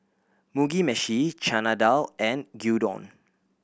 Mugi Meshi Chana Dal and Gyudon